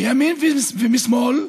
מימין ומשמאל: